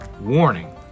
Warning